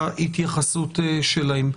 ההתייחסות שלהם.